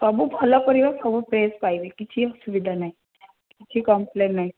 ସବୁ ଭଲ ପରିବା ସବୁ ଫ୍ରେଶ୍ ପାଇବେ କିଛି ଅସୁବିଧା ନାଇ କିଛି କମ୍ପ୍ଲେନ୍ ନାଇ